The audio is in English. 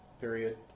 period